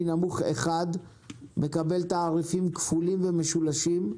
נמוך 1 מקבל תעריפים כפולים ומשולשים,